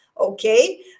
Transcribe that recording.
okay